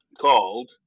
called